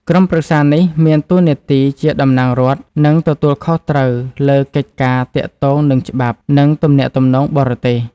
ក្រុមប្រឹក្សានេះមានតួនាទីជាតំណាងរដ្ឋ និងទទួលខុសត្រូវលើកិច្ចការទាក់ទងនឹងច្បាប់ និងទំនាក់ទំនងបរទេស។